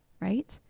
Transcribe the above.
right